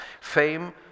Fame